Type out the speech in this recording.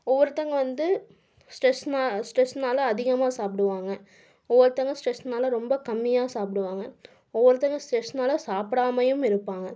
ஒவ்வொருத்தங்க வந்து ஸ்ட்ரெஸுனா ஸ்ட்ரெஸுனால அதிகமாக சாப்பிடுவாங்க ஒவ்வொருத்தங்க ஸ்ட்ரெஸுனால ரொம்ப கம்மியாக சாப்பிடுவாங்க ஒவ்வொருத்தங்க ஸ்ட்ரெஸுனால சாப்பிடாமையும் இருப்பாங்க